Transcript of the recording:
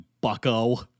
bucko